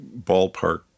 ballpark